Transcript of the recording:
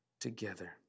together